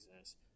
exist